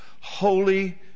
holy